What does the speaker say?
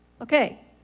Okay